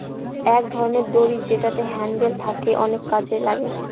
এক ধরনের দড়ি যেটাতে হ্যান্ডেল থাকে অনেক কাজে লাগে